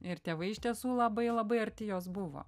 ir tėvai iš tiesų labai labai arti jos buvo